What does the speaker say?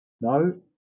no